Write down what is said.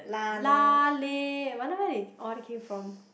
lah leh wonder where they all came from